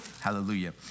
Hallelujah